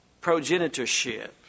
progenitorship